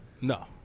No